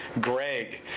Greg